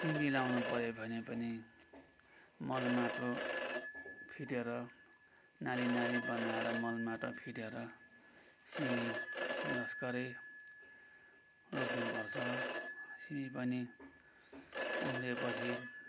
सिमी लाउनु पर्यो भने पनि मल माटो फिटेर नाली नाली बनाएर मल माटो फिटेर सिमी लस्करै रोप्नु पर्छ सिमी पनि उम्रिएपछि